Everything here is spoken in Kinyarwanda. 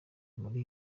muri